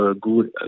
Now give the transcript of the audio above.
good